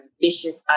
vicious